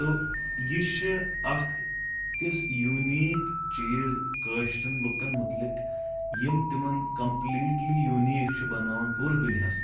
تو یہِ چھِ اکھ تِژھ یوٗنیٖک چیٖز کٲشرٮ۪ن لُکن مُتعلق یِم تِمن کمپلیٖٹلی یوٗنیٖک چھُ بناوان پوٗرٕ دُنیاہس منٛز